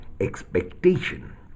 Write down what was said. expectation